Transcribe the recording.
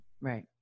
Right